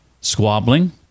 squabbling